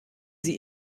sie